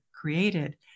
created